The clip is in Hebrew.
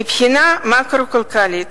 מבחינה מקרו-כלכלית,